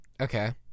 Okay